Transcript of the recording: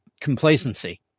complacency